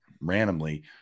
randomly